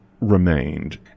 remained